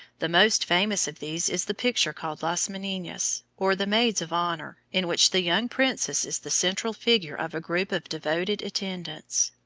the most famous of these is the picture called las meninas, or the maids of honor, in which the young princess is the central figure of a group of devoted attendants.